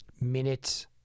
minutes